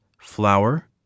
flour